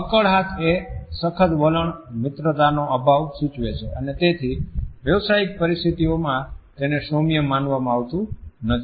અક્કડ હાથ એ સખત વલણ મિત્રતાનો અભાવ સૂચવે છે અને તેથી વ્યવસાયિક પરિસ્થિતિઓમાં તેને સૌમ્ય માનવામાં આવતું નથી